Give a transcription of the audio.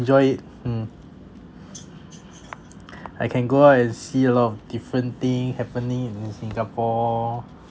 enjoy it mm I can go and see a lot of different thing happening in singapore